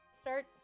Start